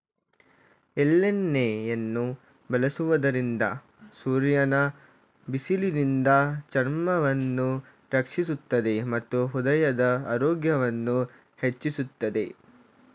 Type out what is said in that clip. ಎಳ್ಳೆಣ್ಣೆಯನ್ನು ಬಳಸುವುದರಿಂದ ಸೂರ್ಯನ ಬಿಸಿಲಿನಿಂದ ಚರ್ಮವನ್ನು ರಕ್ಷಿಸುತ್ತದೆ ಮತ್ತು ಹೃದಯದ ಆರೋಗ್ಯವನ್ನು ಹೆಚ್ಚಿಸುತ್ತದೆ